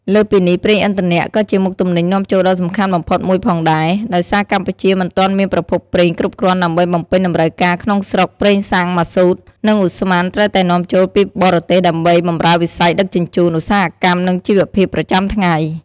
លើសពីនេះ ប្រេងឥន្ធនៈ ក៏ជាមុខទំនិញនាំចូលដ៏សំខាន់បំផុតមួយផងដែរ ដោយសារកម្ពុជាមិនទាន់មានប្រភពប្រេងគ្រប់គ្រាន់ដើម្បីបំពេញតម្រូវការក្នុងស្រុក ប្រេងសាំង ម៉ាស៊ូត និងឧស្ម័នត្រូវតែនាំចូលពីបរទេសដើម្បីបម្រើវិស័យដឹកជញ្ជូន ឧស្សាហកម្ម និងជីវភាពប្រចាំថ្ងៃ។